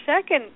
second